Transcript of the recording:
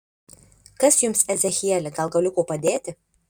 kas jums ezechieli gal galiu kuo padėti